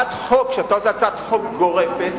כשאתה עושה הצעת חוק גורפת,